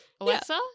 Alexa